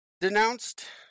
denounced